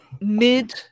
mid